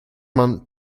man